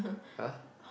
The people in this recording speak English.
!huh!